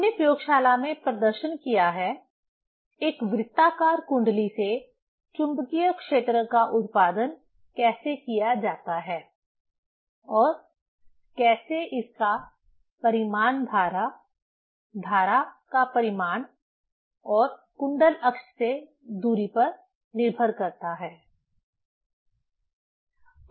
हमने प्रयोगशाला में प्रदर्शन किया है एक वृत्ताकार कुंडली से चुंबकीय क्षेत्र का उत्पादन कैसे किया जाता है और कैसे इसका परिमाण धारा धारा का परिमाण और कुंडल अक्ष से दूरी पर निर्भर करता है